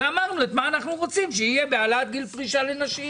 אמרנו מה אנחנו רוצים שיהיה בהעלאת גיל פרישה לנשים.